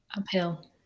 Uphill